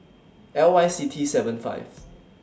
L Y C T seven five